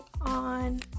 on